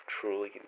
truly